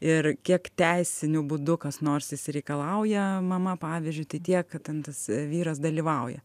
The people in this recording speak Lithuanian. ir kiek teisiniu būdu kas nors išsireikalauja mama pavyzdžiui tai tiek kad ten tas vyras dalyvauja